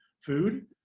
food